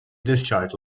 discharge